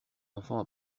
enfants